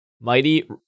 Mighty